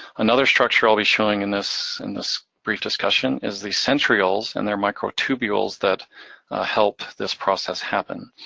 another structure i'll be showing in this, in this brief discussion, is the centrioles. and they're microtubules that help this process happen.